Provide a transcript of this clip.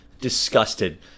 Disgusted